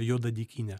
juoda dykynė